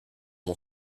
mon